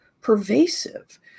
pervasive